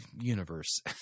universe